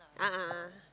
a'ah a'ah